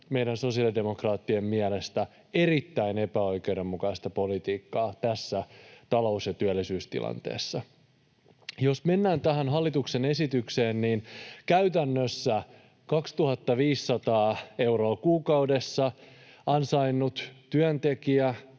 meidän sosiaalidemokraattien mielestä erittäin epäoikeudenmukaista politiikkaa tässä talous- ja työllisyystilanteessa. Jos mennään tähän hallituksen esitykseen, niin kun 2 500 euroa kuukaudessa ansainnut työntekijä